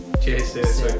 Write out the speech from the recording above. Cheers